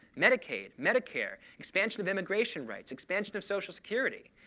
medicaid, medicare, expansion of immigration rights, expansion of social security.